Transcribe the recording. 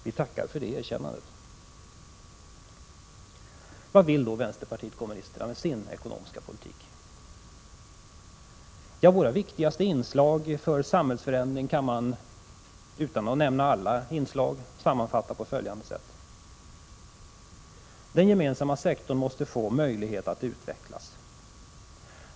Vi tackar för det erkännandet. Vad vill då vänsterpartiet kommunisterna med sin ekonomiska politik? Ja, våra viktigaste inslag för samhällsförändring kan man utan att nämna alla sammanfatta på följande sätt. Den gemensamma sektorn måste få möjlighet att utvecklas.